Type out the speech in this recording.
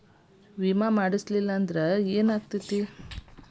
Insurance ಮಾಡಲಿಲ್ಲ ಅಂದ್ರೆ ಏನಾಗುತ್ತದೆ?